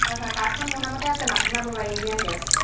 হয় হয় কাৰ্ডখন মোৰ নামতে আছে মাধুৰিমা বৰুৱা ইণ্ডিয়ান গেছ